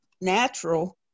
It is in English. natural